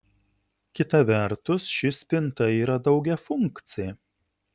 kita vertus ši spinta yra daugiafunkcė